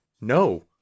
No